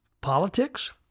Politics